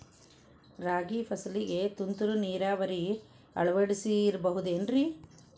ರಾಗಿ ಫಸಲಿಗೆ ತುಂತುರು ನೇರಾವರಿ ಅಳವಡಿಸಬಹುದೇನ್ರಿ?